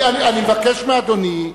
אני מבקש מאדוני,